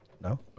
no